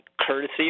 courtesy